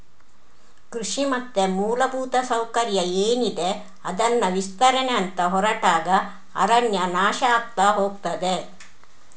ಕೃಷಿ ಮತ್ತೆ ಮೂಲಭೂತ ಸೌಕರ್ಯ ಏನಿದೆ ಅದನ್ನ ವಿಸ್ತರಣೆ ಅಂತ ಹೊರಟಾಗ ಅರಣ್ಯ ನಾಶ ಆಗ್ತಾ ಹೋಗ್ತದೆ